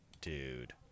dude